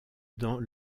dans